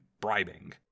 bribing